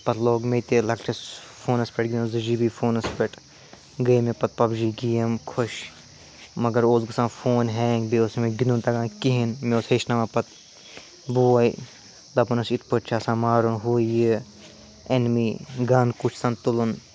پَتہٕ لوگ مےٚ تہِ لۅکٹِس فونَس پٮ۪ٹھ گِنٛدُن زٕ جی بی فونَس پٮ۪ٹھ گٔے مےٚ پتہٕ پَب جی گیم خۄش مگر اوس گژھان فون ہیٚنٛگ بیٚیہِ اوس نہٕ مےٚ گِنٛدُن تگان کِہیٖنٛۍ مےٚ اوس ہیٚچھناوان پتہٕ بوے دَپان اوس یِتھٕ پٲٹھۍ چھِ آسان مارُن ہُہ یہِ اینمی گَن کُس چھُ آسان تُلُن